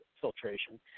filtration